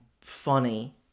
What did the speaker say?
funny